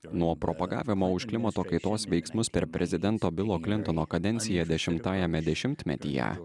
nuo propagavimo už klimato kaitos veiksmus per prezidento bilo klintono kadenciją dešimtajame dešimtmetyje